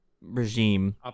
regime